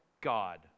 God